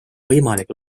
võimalik